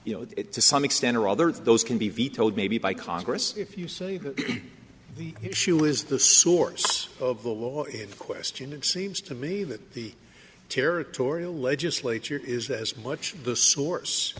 you know to some extent or other those can be vetoed maybe by congress if you say that the issue is the source of the law in question it seems to me that the territorial legislature is as much the source